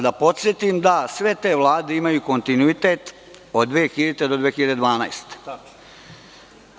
Da podsetim da sve te vlade imaju kontinuitet od 2000. do 2012. godine.